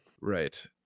Right